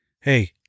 hey